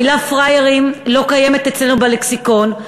המילה 'פראיירים' לא קיימת אצלנו בלקסיקון,